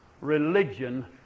religion